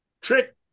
Trick